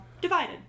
divided